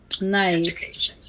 Nice